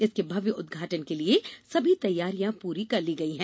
इसके भव्य उद्घाटन के लिए सभी तैयारियां पूरी कर ली गई हैं